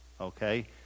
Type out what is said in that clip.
okay